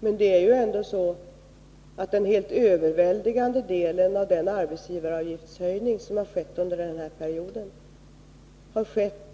Men det är ju ändå så att den höjning av arbetsgivaravgiften som har skett under denna period i överväldigande utsträckning har skett